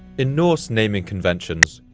in norse naming conventions,